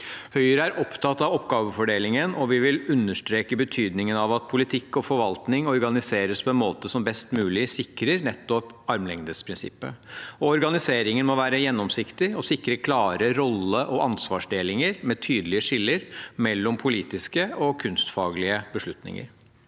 Høyre er opptatt av oppgavefordelingen, og vi vil understreke betydningen av at politikk og forvaltning organiseres på en måte som best mulig sikrer nettopp armlengdes avstand-prinsippet. Organiseringen må være gjennomsiktig og sikre klare rolle- og ansvarsdelin ger, med tydelige skiller, mellom politiske og kunstfaglige beslutninger.